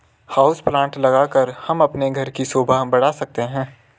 house plant लगाकर हम अपने घर की शोभा बढ़ा सकते हैं